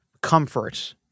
comfort